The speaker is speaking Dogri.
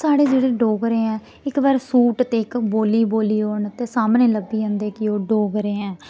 साढ़े जेह्ड़े डोगरे ऐ इक बारी सूट ते इक बोल्ली बोली ओड़न ते सामने लब्भी जंदे कि ओह् डोगरे ऐ